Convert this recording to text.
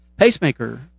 pacemaker